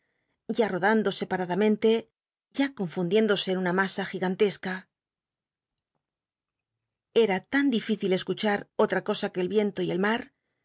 ya rodando separadamente ya confundiéndose en una masa gigantesca era tan dificil escuchar otra cosa que el iento y el mar